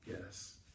yes